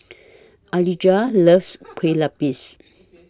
Alijah loves Kueh Lupis